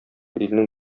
илнең